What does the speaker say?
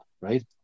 right